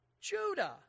Judah